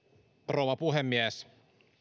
rouva puhemies